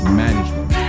management